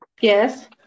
Yes